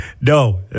No